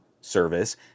service